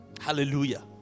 Hallelujah